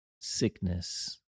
sickness